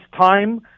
time